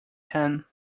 ten